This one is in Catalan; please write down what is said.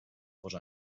fos